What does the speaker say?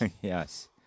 Yes